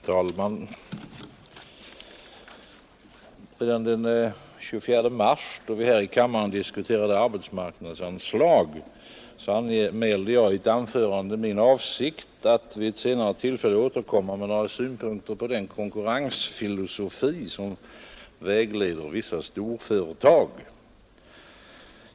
Herr talman! Redan den 24 mars, då vi här i kammaren diskuterade arbetsmarknadsanslag, anmälde jag i ett anförande min avsikt att vid ett senare tillfälle återkomma med några synpunkter på den konkurrensfilosofi som vägleder vissa storföretag.